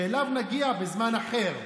שאליו נגיע בזמן אחר,